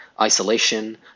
isolation